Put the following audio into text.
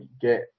get